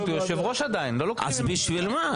הוא יושב-ראש עדיין, לא לוקחים --- בשביל מה?